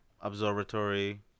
Observatory